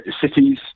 cities